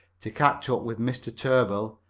to catch up with mr. tarbill,